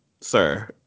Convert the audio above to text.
sir